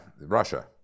Russia